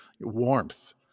warmth